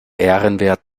ehrenwert